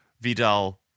Vidal